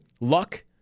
Luck